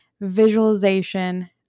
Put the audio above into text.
visualization